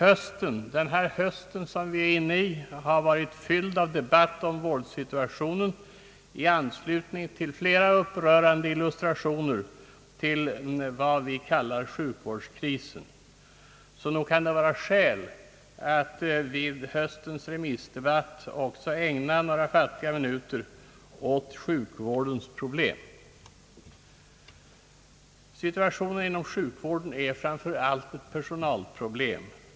Denna höst har varit fylld av debatt om vårdsituationen i anslutning till flera upprörande illustrationer till vad vi kallar sjukvårdskrisen, så nog kan det vara skäl att vid höstens remissdebatt också ägna några fattiga minuter åt sjukvårdens problem. Situationen inom sjukvården är framför allt ett personalproblem.